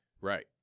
Right